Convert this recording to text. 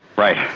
right,